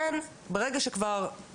בבקשה, הנה, יש פגישה.